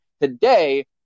today